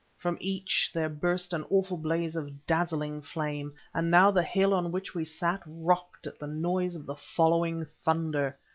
from each there burst an awful blaze of dazzling flame, and now the hill on which we sat rocked at the noise of the following thunder.